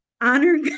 honor